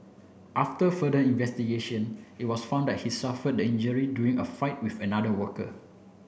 after further investigation it was found that he suffered the injury during a fight with another worker